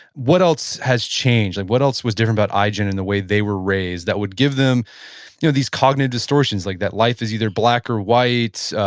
what else has changed? like what else was different but about igen and the way they were raised that would give them you know these cognitive distortions, like that life is either black or white,